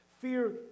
Fear